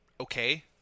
okay